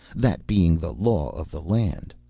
that being the law of the land.